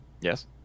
Yes